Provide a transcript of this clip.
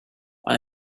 when